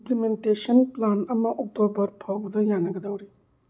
implementation plan ꯑꯃ October ꯐꯥꯎꯕ ꯗ ꯌꯥꯅꯒꯗꯧꯔꯤ